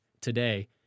today